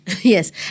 yes